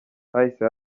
hahise